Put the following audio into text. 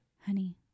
Honey